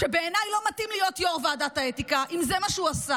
שבעיניי לא מתאים להיות יו"ר ועדת האתיקה אם זה מה שהוא עשה,